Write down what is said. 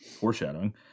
Foreshadowing